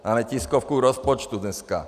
Máme tiskovku k rozpočtu dneska.